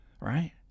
right